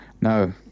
No